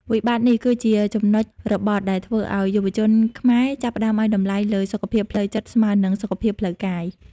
វិបត្តិនេះគឺជាចំណុចរបត់ដែលធ្វើឱ្យយុវជនខ្មែរចាប់ផ្តើមឱ្យតម្លៃលើ "សុខភាពផ្លូវចិត្ត" ស្មើនឹង "សុខភាពផ្លូវកាយ"។